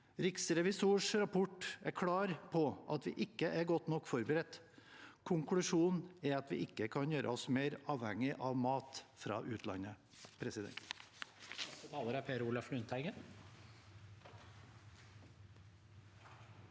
Riksrevisjonens rapport er klar på at vi ikke er godt nok forberedt. Konklusjonen er at vi ikke kan gjøre oss mer avhengig av mat fra utlandet.